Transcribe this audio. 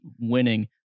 winning